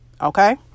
Okay